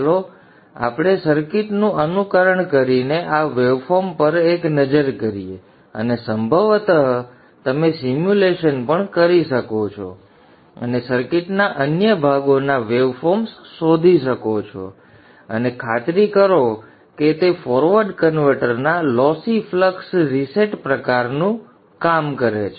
ચાલો આપણે સર્કિટનું અનુકરણ કરીને આ વેવફોર્મ પર એક નજર કરીએ અને સંભવતઃ તમે સિમ્યુલેશન પણ કરી શકો છો અને સર્કિટના અન્ય ભાગોના વેવફોર્મ્સ શોધી શકો છો અને ખાતરી કરો કે તે ફોરવર્ડ કન્વર્ટરના લોસી ફ્લક્સ રીસેટ પ્રકાર જેવું જ કામ કરે છે